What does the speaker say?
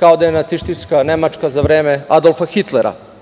kao da je nacistička Nemačka za vreme Adolfa Hitlera. Tako